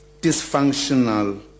dysfunctional